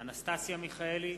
אנסטסיה מיכאלי,